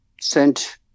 sent